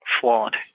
flawed